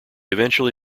eventually